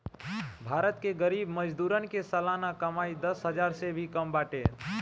भारत के गरीब मजदूरन के सलाना कमाई दस हजार से भी कम बाटे